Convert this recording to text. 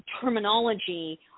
terminology